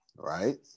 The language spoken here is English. Right